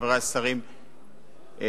חברי השרים,